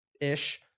ish